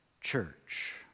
church